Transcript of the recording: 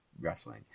wrestling